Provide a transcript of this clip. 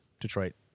Detroit